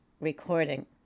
recording